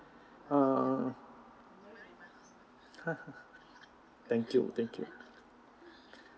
uh thank you thank you